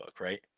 right